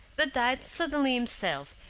but died suddenly himself,